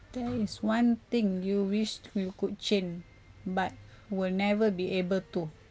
there is one thing you wished you could change but will never be able to